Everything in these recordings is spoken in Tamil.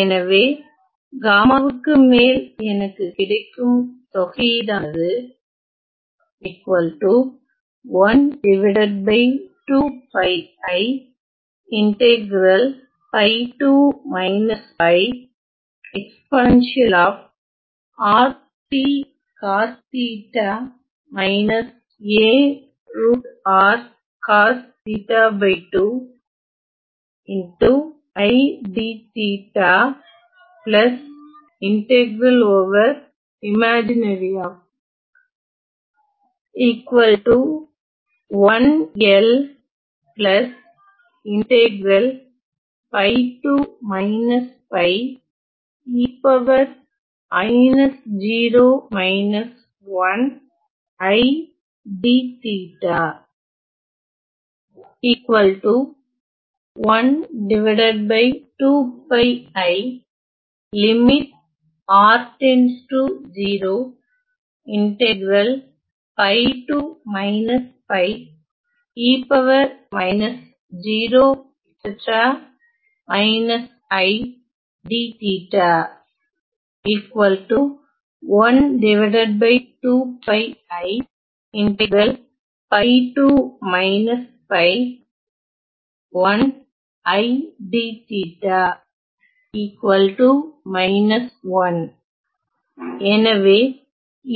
எனவே காமாவுக்கு மேல் எனக்கு கிடைக்கும் தொகையீடானது எனவே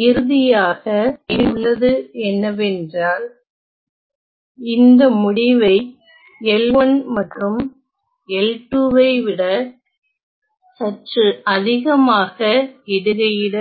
இறுதியாக என்னிடம் உள்ளது என்னவென்றால் இந்த முடிவை L1 மற்றும் L2 ஐ விட சற்று அதிகமாக இடுகையிட வேண்டும்